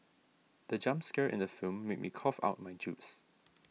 the jump scare in the film made me cough out my juice